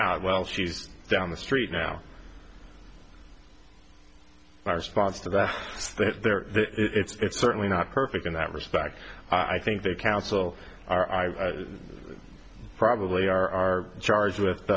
out well she's down the street now my response to that there it's certainly not perfect in that respect i think the council are i probably are charged with